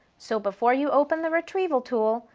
so before you open the retrieval tool,